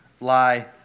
lie